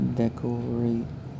decorate